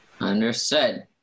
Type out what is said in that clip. Understood